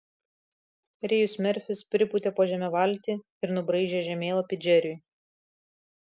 rėjus merfis pripūtė po žeme valtį ir nubraižė žemėlapį džeriui